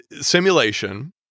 simulation